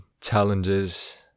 challenges